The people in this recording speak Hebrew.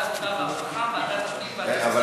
העבודה והרווחה וועדת הפנים והגנת הסביבה.